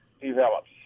develops